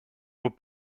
were